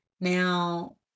Now